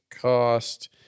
cost